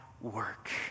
work